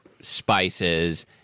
spices